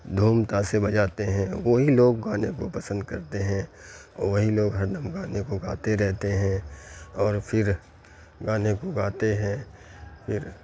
ڈھول تاشے بجاتے ہیں وہی لوگ گانے کو پسند کرتے ہیں وہی لوگ ہر دم گانے کو گاتے رہتے ہیں اور پھر گانے کو گاتے ہیں پھر